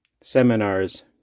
seminars